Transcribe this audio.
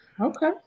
Okay